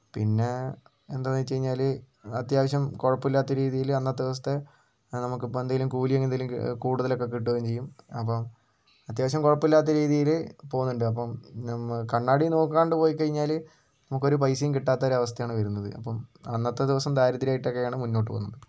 പിന്നെ എന്താണെന്ന് വച്ചു കഴിഞ്ഞാൽ അത്യാവശ്യം കുഴപ്പമില്ലാത്ത രീതിയിൽ അന്നത്തെ ദിവസത്തെ നമുക്കിപ്പം എന്തെങ്കിലും കൂലി അങ്ങനെ എന്തെങ്കിലും കൂടുതലൊക്കെ കിട്ടുകയും ചെയ്യും അപ്പം അത്യാവശ്യം കുഴപ്പമില്ലാത്ത രീതിയിൽ പോകുന്നുണ്ട് അപ്പം കണ്ണാടി നോക്കാണ്ട് പോയിക്കയിഞ്ഞാൽ നമുക്കൊരു പൈസയും കിട്ടാത്തൊരവസ്ഥയാണ് വരുന്നത് അപ്പം അന്നത്തെ ദിവസം ദാരിദ്ര്യമായിട്ടൊക്കെയാണ് മുന്നോട്ട് പോകുന്നത്